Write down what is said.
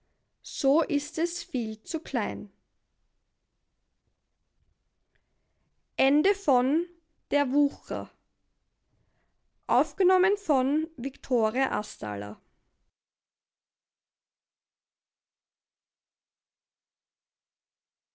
so ist es viel zu klein